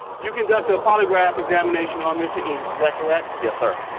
you conducted a polygraph examination on mr. eames, is that correct? yes, sir.